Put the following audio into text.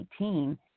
2018